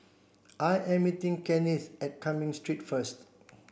I am meeting Kennith at Cumming Street first